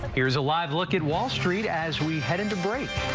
but here's a live. look at wall street as we head into break.